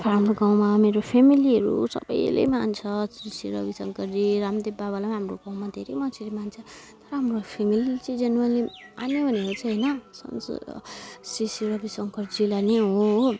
हाम्रो गाउँमा मेरो फेमिलीहरू सबैले मान्छ श्री श्री रविशङ्करजी रामदेव बाबालाई पनि हाम्रो गाउँमा धेरै मान्छेले मान्छ तर हाम्रो फेमिलीले चाहिँ जेनुनियनली मान्यो भनेको चाहिँ होइन श्री श्री रविशङ्करजीलाई नै हो हो